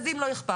אז אם לא אכפת,